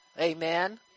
Amen